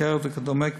סוכרת וכדומה,